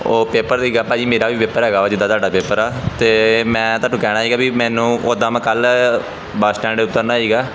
ਓਹ ਪੇਪਰ ਸੀਗਾ ਭਾਅ ਜੀ ਮੇਰਾ ਵੀ ਪੇਪਰ ਹੈਗਾ ਵਾ ਜਿੱਦਾਂ ਤੁਹਾਡਾ ਪੇਪਰ ਆ ਅਤੇ ਮੈਂ ਤੁਹਾਨੂੰ ਕਹਿਣਾ ਸੀਗਾ ਵੀ ਮੈਨੂੰ ਓਦਾਂ ਮੈਂ ਕੱਲ੍ਹ ਬੱਸ ਸਟੈਂਡ ਉਤਰਨਾ ਸੀਗਾ